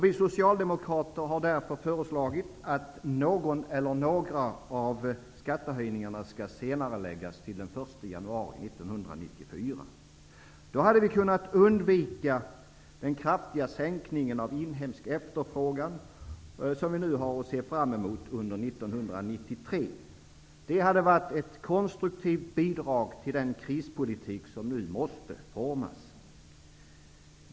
Vi socialdemokrater har därför föreslagit att någon eller några av skattehöjningarna skall senareläggas till den 1 Då hade vi kunnat undvika den kraftiga sänkningen av inhemsk efterfrågan som vi nu har att se fram emot under 1993. Det hade varit ett konstruktivt bidrag till den krispolitik som nu måste formas.